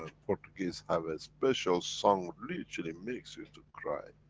portuguese have a special song, literally makes you to cry.